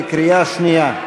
בקריאה שנייה.